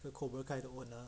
the cobra kai the what ah